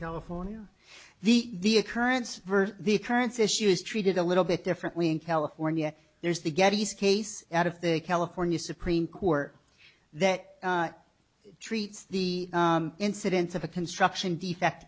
california the the occurrence vs the occurrence issue is treated a little bit differently in california there's the gettys case out of the california supreme court that treats the incidence of a construction defect